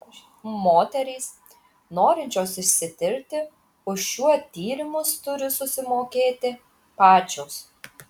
moterys norinčios išsitirti už šiuo tyrimus turi susimokėti pačios